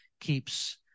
keeps